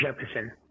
Jefferson